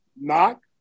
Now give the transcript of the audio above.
knock